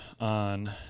on